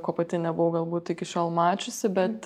ko pati nebuvau galbūt iki šiol mačiusi bet